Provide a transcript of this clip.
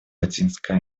латинской